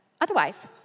otherwise